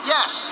Yes